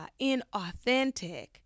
inauthentic